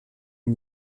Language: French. une